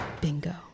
Bingo